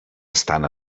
estan